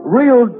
real